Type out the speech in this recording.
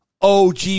OG